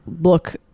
look